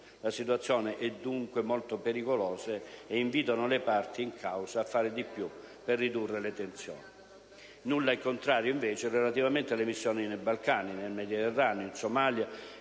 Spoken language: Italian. (la situazione è, dunque, molto pericolosa) e invitano quindi le parti in causa a fare di più per ridurre le tensioni. Nulla in contrario, invece, relativamente alle missioni nei Balcani, nel Mediterraneo, in Somalia